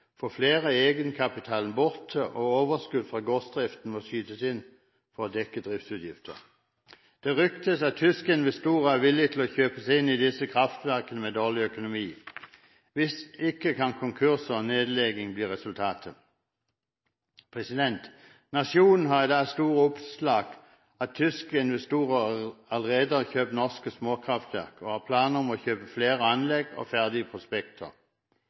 For flere er egenkapitalen borte, og overskudd fra gårdsdriften må skytes inn for å dekke driftsutgifter. Det ryktes at tyske investorer er villige til å kjøpe seg inn i disse kraftverkene med dårlig økonomi. Hvis ikke kan konkurser og nedlegging bli resultatet. Nationen har i dag store oppslag om at tyske investorer allerede har kjøpt norske småkraftverk, og de har planer om å kjøpe flere anlegg og ferdige prospekter.